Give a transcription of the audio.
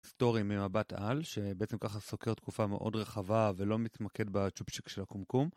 סטורי ממבט על, שבעצם ככה סוקר תקופה מאוד רחבה ולא מתמקד בצ'ופצ'יק של הקומקום